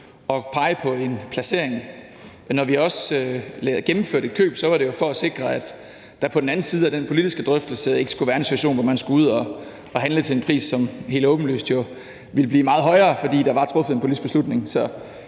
at pege på en placering, og når vi også gennemførte et køb, var det jo for at sikre, at der på den anden side af den politiske drøftelse ikke skulle være en situation, hvor man skulle ud at handle til en pris, som helt åbenlyst ville blive meget højere, fordi der var truffet en politisk beslutning.